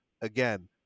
again